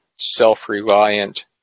self-reliant